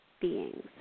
beings